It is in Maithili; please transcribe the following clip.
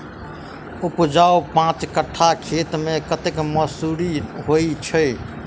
उपजाउ पांच कट्ठा खेत मे कतेक मसूरी होइ छै?